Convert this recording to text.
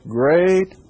great